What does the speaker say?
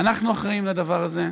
ואנחנו אחראים לדבר הזה.